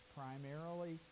primarily